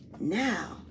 Now